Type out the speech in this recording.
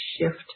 shift